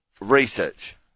Research